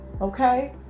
Okay